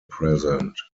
present